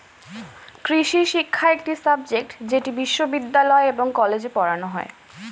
কৃষিশিক্ষা একটি সাবজেক্ট যেটি বিশ্ববিদ্যালয় এবং কলেজে পড়ানো হয়